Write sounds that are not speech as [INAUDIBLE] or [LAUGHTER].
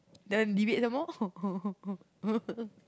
then leave it some more [LAUGHS]